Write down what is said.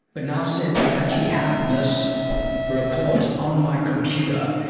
but now, seth, that i actually have this report on my computer,